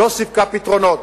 לא סיפקה פתרונות.